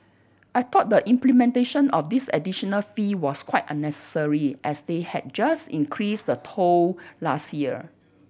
I thought the implementation of this additional fee was quite unnecessary as they had just increased the toll last year